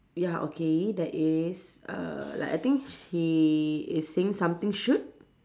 ya okay there is err like I think he is saying something shoot